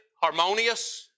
harmonious